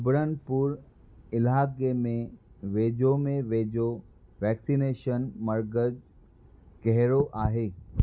सुबर्णपुर इलाइक़े में वेझो में वेझो वैक्सिनेशन मर्कजु़ कहिड़ो आहे